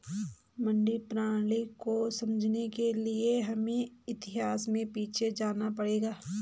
मंडी प्रणाली को समझने के लिए हमें इतिहास में पीछे जाना पड़ेगा